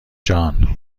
جان